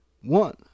one